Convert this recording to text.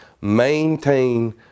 maintain